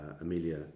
Amelia